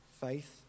faith